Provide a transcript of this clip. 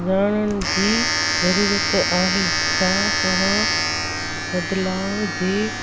ॼाणण जी ज़रूरत आहे छा तव्हां बदलाव जी